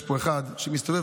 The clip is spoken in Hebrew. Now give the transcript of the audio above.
יש פה אחד שמסתובב,